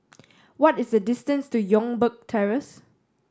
what is the distance to Youngberg Terrace